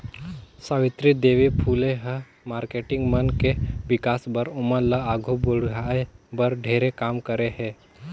सावित्री देवी फूले ह मारकेटिंग मन के विकास बर, ओमन ल आघू बढ़ाये बर ढेरे काम करे हे